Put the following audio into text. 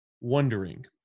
wondering